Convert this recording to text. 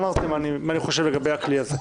אמרתי מה אני חושב על הכלי הזה.